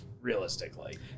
realistically